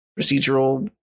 procedural